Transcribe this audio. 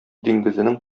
диңгезенең